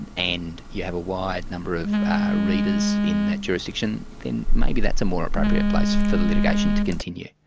and and you have a wide number of readers in that jurisdiction, then maybe that's a more appropriate place for the litigation to continue.